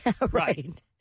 right